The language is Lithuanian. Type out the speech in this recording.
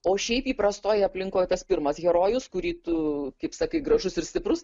o šiaip įprastoj aplinkoj tas pirmas herojus kurį tu kaip sakai gražus ir stiprus